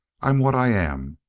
i'm what i am.